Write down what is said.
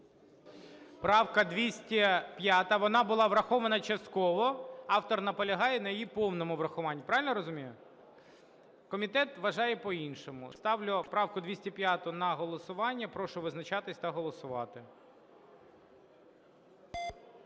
Правка 205, вона була врахована частково, автор наполягає на її повному врахуванні. Правильно я розумію? Комітет вважає по-іншому. Ставлю правку 205 на голосування. Прошу визначатися та голосувати.